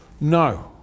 No